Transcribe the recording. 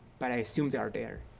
but i assume they are there.